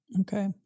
Okay